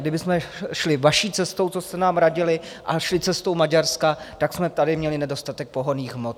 Kdybychom šli vaší cestou, co jste nám radili, a šli cestou Maďarska, tak jsme tady měli nedostatek pohonných hmot.